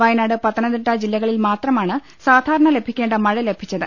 വയനാട് പത്തനംതിട്ട ജില്ലകളിൽ മാത്ര മാണ് സാധാരണ ലഭിക്കേണ്ട മഴ ലഭിച്ചത്